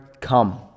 come